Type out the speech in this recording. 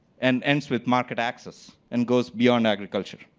and ends with market access and goes beyond agriculture.